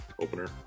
Opener